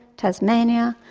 tasmania,